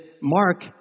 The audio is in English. Mark